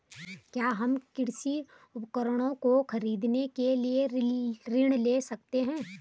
क्या हम कृषि उपकरणों को खरीदने के लिए ऋण ले सकते हैं?